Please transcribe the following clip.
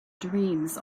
dreams